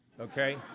okay